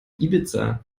ibiza